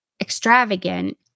extravagant